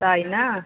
তাই না